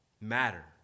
matter